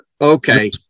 Okay